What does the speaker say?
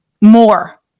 more